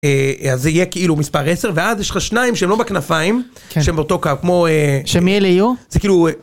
אז זה יהיה כאילו מספר עשר ואז יש לך שניים שהם לא בכנפיים שהם באותו קו כמו שמי אלה יהיו?